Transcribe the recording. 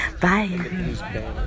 bye